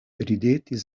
ridetis